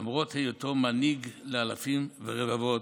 למרות היותו מנהיג לאלפים ורבבות,